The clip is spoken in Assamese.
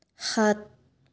সাত